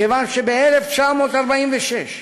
מכיוון שב-1946,